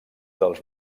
dels